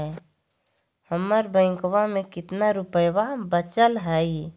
हमर बैंकवा में कितना रूपयवा बचल हई?